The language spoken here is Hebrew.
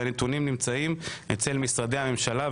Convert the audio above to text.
כשהנתונים נמצאים אצל משרדי הממשלה,